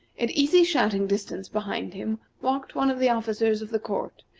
at easy shouting distance behind him walked one of the officers of the court,